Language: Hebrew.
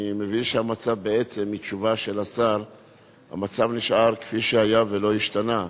אני מבין מהתשובה של השר שבעצם המצב נשאר כפי שהיה ולא השתנה.